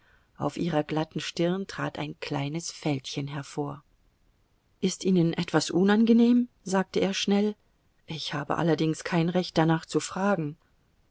auf ihrer glatten stirn trat ein kleines fältchen hervor ist ihnen etwas unangenehm sagte er schnell ich habe allerdings kein recht danach zu fragen